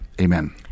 Amen